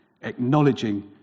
acknowledging